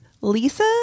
Lisa